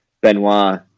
Benoit